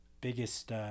biggest